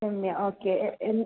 Ramya okay എന്ത്